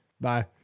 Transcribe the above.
Bye